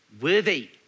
worthy